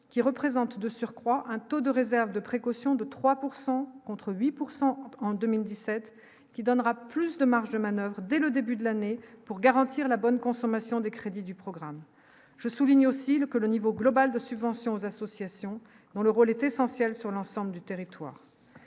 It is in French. qui représente de surcroît un taux de réserve de précaution de 3 pourcent contre 8 pourcent en 2017 qui donnera plus de marge de manoeuvre dès le début de l'année pour garantir la bonne consommation des crédits du programme je souligne aussi le que le niveau global de subventions aux associations dont le rôle est essentiel sur l'ensemble du territoire,